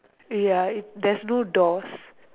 ya there's no doors